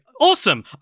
Awesome